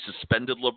suspended